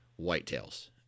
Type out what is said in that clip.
whitetails